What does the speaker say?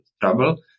trouble